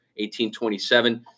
1827